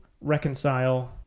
reconcile